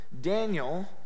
Daniel